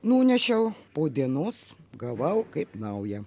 nunešiau po dienos gavau kaip nauja